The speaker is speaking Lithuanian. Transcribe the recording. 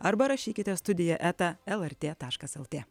arba rašykite studija eta lrt taškas lt